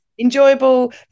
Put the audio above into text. Enjoyable